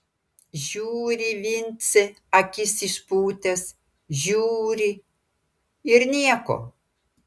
žiūri vincė akis išpūtęs žiūri ir nieko